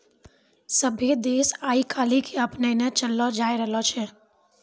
सभ्भे देश आइ काल्हि के अपनैने चललो जाय रहलो छै